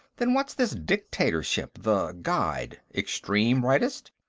then what's this dictatorship. the guide? extreme rightist?